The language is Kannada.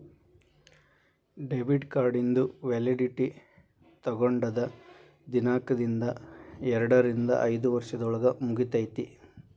ಡೆಬಿಟ್ ಕಾರ್ಡಿಂದು ವ್ಯಾಲಿಡಿಟಿ ತೊಗೊಂಡದ್ ದಿನಾಂಕ್ದಿಂದ ಎರಡರಿಂದ ಐದ್ ವರ್ಷದೊಳಗ ಮುಗಿತೈತಿ